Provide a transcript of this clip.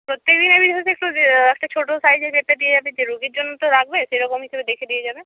প্রত্যেক দিনে একটা ছোটো সাইজের পেঁপে দিয়ে যাবে যে রোগীর জন্য তো লাগবে সেরকম হিসাবে দেখে দিয়ে যাবে